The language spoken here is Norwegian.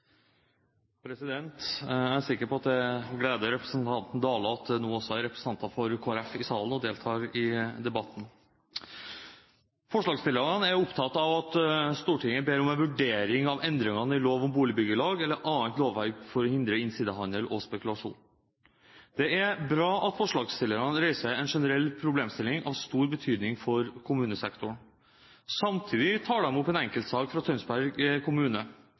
sikker på det gleder representanten Dale at det nå også er representanter for Kristelig Folkeparti i salen og deltar i debatten. Forslagsstillerne er opptatt av at Stortinget ber om en vurdering av endringene i lov om boligbyggelag eller annet lovverk for å hindre innsidehandel og spekulasjon. Det er bra at forslagsstillerne reiser en generell problemstilling av stor betydning for kommunesektoren. Samtidig tar de opp en enkeltsak fra Tønsberg kommune.